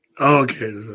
Okay